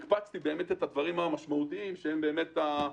הקפצתי את הדברים המשמעותיים, שהם באמת